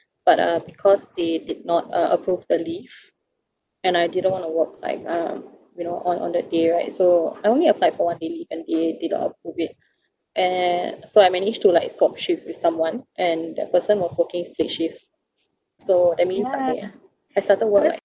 but uh because they did not uh approve the leave and I didn't want to work like um you know on on the day right so I only applied for one day leave and they they don't approve it and so I managed to like swap shift with someone and that person was working straight shift so that means I'm yeah I started work like